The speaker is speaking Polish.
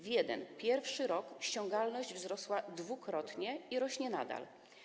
W pierwszym rok ściągalność wzrosła dwukrotnie i rośnie nadal.